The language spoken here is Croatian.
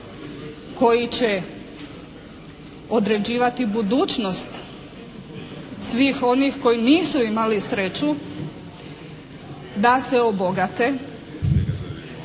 koji će određivati budućnost svih onih koji nisu imali sreću da se obogate,